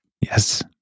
Yes